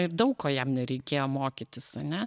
ir daug ko jam nereikėjo mokytis ane